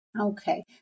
Okay